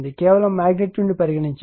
కేవలం మగ్నిట్యూడ్ ని పరిగణించాము